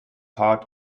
part